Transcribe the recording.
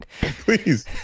Please